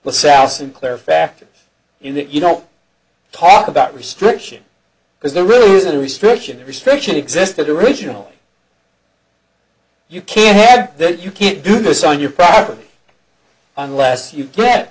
south sinclair factor in that you don't talk about restriction because there really isn't a restriction restriction existed originally you can read that you can't do this on your property unless you get